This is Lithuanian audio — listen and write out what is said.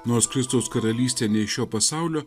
nors kristaus karalystė ne iš šio pasaulio